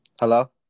hello